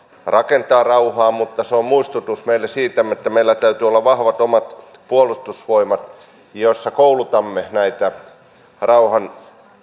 rakentaa rauhaa mutta se on myös muistutus meille siitä että meillä täytyy olla vahvat omat puolustusvoimat joiden avulla koulutamme näitä rauhan